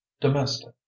domestic